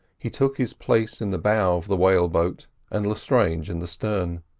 he took his place in the bow of the whale-boat and lestrange in the stern.